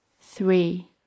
three